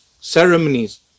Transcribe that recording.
ceremonies